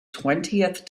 twentieth